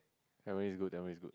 Tampines go that one is good